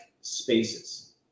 spaces